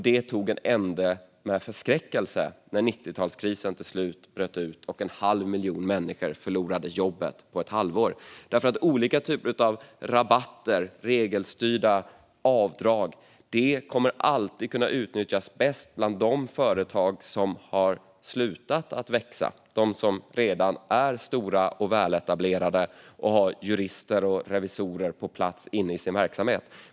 Det tog en ände med förskräckelse när 90-talskrisen till slut bröt ut och en halv miljon människor förlorade jobbet på ett halvår. Olika rabatter och regelstyrda avdrag kommer alltid att kunna utnyttjas bäst av de företag som har slutat att växa, som redan är stora och väletablerade och som har jurister och revisorer på plats inne i sin verksamhet.